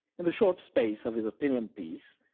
in the short space of his opinion piece,